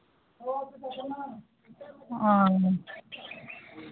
ओ